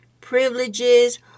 privileges